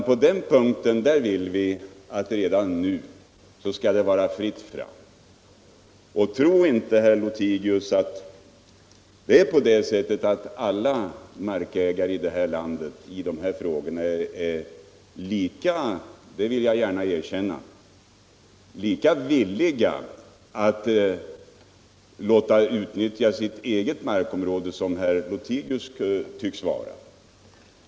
På den punkten vill vi att det redan nu skall vara fritt fram.” Tro inte, herr Lothigius, att alla markägare i detta land är lika villiga att låta sitt markområde utnyttjas som herr Lothigius tycks vara!